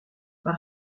par